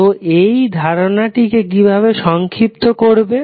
তো এই ধারনাটিকে কিভাবে সংক্ষিপ্ত করবে